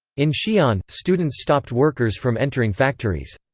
in xi'an, students stopped workers from entering factories.